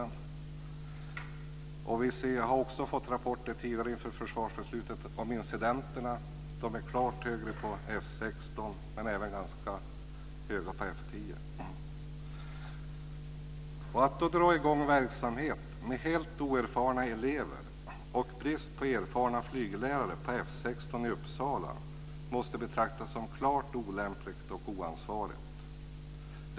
Att dra i gång verksamhet med helt oerfarna elever och brist på erfarna flyglärare på F 16 i Uppsala måste betraktas som klart olämpligt och oansvarigt.